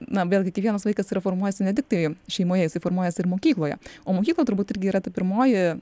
na vėlgi kiekvienas vaikas yra formuojasi ne tiktai šeimoje jisai formuojasi ir mokykloje o mokykla turbūt irgi yra ta pirmoji